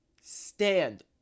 stand